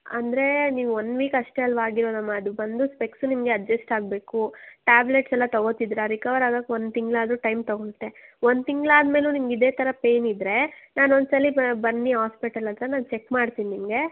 ಅಂದರೆ ನೀವು one week ಅಷ್ಟೇ ಅಲ್ವ ಆಗಿರೋದು ಅಮ್ಮ ಅದು ಬಂದು ಸ್ಪೆಕ್ಸ್ ನಿಮಗೆ ಅಡ್ಜಸ್ಟ್ ಆಗಬೇಕು ಟ್ಯಾಬ್ಲೆಟ್ಸ್ ಎಲ್ಲ ತಗೊಳ್ತಿದ್ದೀರ ರಿಕವರ್ ಆಗೋಕೆ ಒಂದು ತಿಂಗ್ಳು ಆದರೂ ಟೈಮ್ ತಗೊಳ್ಳುತ್ತೆ ಒಂದು ತಿಂಗ್ಳು ಆದಮೇಲು ನಿಮ್ಗೆ ಇದೇ ಥರ ಪೈನ್ ಇದ್ದರೆ ನಾನು ಒಂದ್ಸರಿ ಬನ್ನಿ ಆಸ್ಪಿಟಲ್ ಹತ್ರ ನಾನು ಚೆಕ್ ಮಾಡ್ತೀನಿ ನಿಮಗೆ